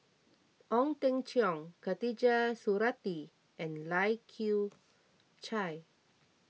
Ong Teng Cheong Khatijah Surattee and Lai Kew Chai